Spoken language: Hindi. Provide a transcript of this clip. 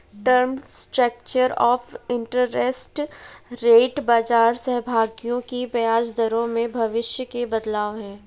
term structure of interest rate बाजार सहभागियों की ब्याज दरों में भविष्य के बदलाव है